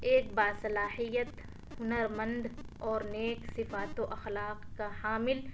ایک با صلاحیت ہنر مند اور نیک صفات و اخلاق کا حامل